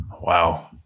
Wow